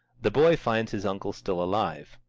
the boy finds his uncle still alive.